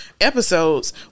episodes